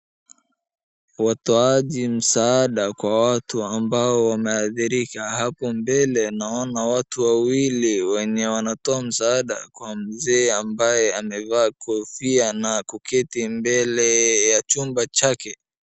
Watoaji msaada kwa watu ambao wameadhirika. Hapo mbele naona watu wawili wenye wanatoa msaada kwa mzee ambaye amevaa kofia na kuketi mbele ya chumba chake.